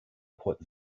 port